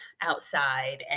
outside